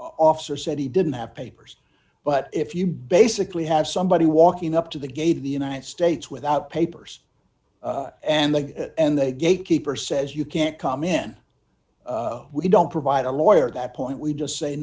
officer said he didn't have papers but if you basically have somebody walking up to the gate of the united states without papers and that and the gatekeeper says you can't come in we don't provide a lawyer at that point we just say